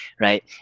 right